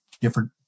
different